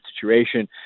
situation